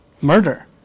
Murder